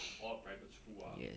orh private school ah